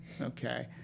okay